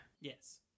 Yes